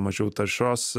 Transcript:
mažiau taršos